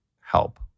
help